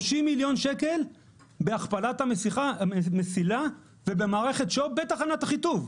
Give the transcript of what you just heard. מיליון שקל בהכפלת המסילה ובמערכת שליטה ובקרה בתחנת אחיטוב.